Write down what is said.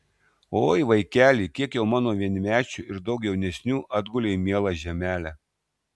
oi vaikeli kiek jau mano vienmečių ir daug jaunesnių atgulė į mielą žemelę